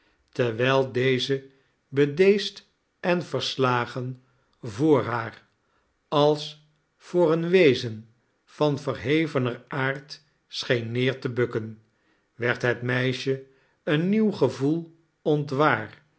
terwijl deze bedeesd en verslagen voor haar als voor eein wezen van verhevener aard scheen neer te bukken werd het meisje een nieuw gevoel ontwaar